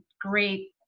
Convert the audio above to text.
great